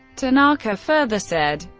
tanaka further said,